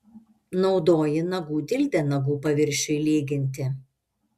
naudoji nagų dildę nagų paviršiui lyginti